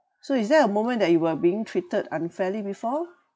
so is there a moment that you were being treated unfairly before